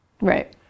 Right